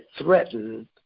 threatened